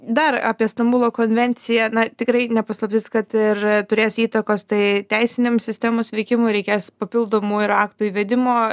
dar apie stambulo konvenciją na tikrai ne paslaptis kad ir turės įtakos tai teisiniam sistemos veikimui reikės papildomų ir aktų įvedimo